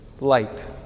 Light